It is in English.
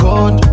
God